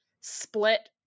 split